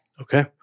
Okay